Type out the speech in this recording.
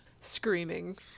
screaming